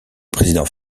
président